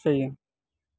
जायो